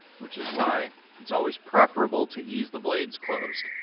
which is why it's always preferable to ease the blade close.